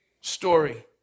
story